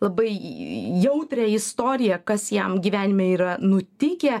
labai jautrią istoriją kas jam gyvenime yra nutikę